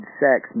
sex